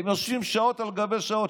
הם יושבים שעות על גבי שעות,